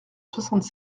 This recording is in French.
soixante